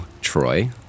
Troy